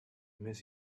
miss